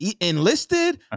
Enlisted